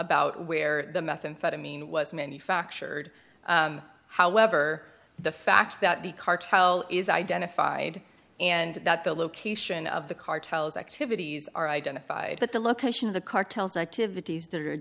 about where the methamphetamine was manufactured however the fact that the cartel is identified and that the location of the cartels activities are identified but the location of the cartels activities